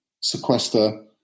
sequester